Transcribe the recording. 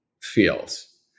feels